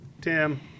Tim